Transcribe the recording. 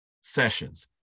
sessions